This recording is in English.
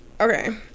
Okay